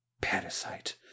parasite